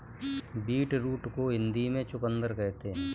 beetroot को हिंदी में चुकंदर कहते हैं